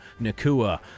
Nakua